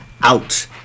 Out